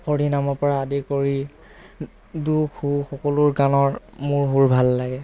হৰিনামৰ পৰা আদি কৰি দুখ সুখ সকলোবোৰ গানৰ মোৰ সুৰ ভাল লাগে